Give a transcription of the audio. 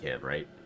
right